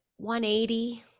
180